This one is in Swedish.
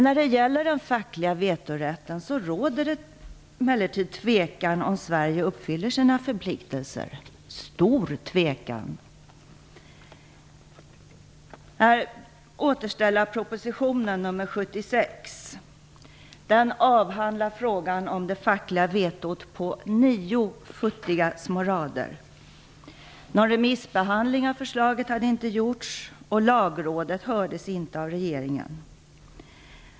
När det gäller den fackliga vetorätten råder emellertid tvekan om Sverige uppfyller sina förpliktelser, en stor tvekan. I "återställarpropositionen", nr 76, avhandlas frågan det fackliga vetot på nio futtiga små rader. Någon remissbehandling av förslaget hade inte gjorts, och lagrådet hördes inte av regeringen.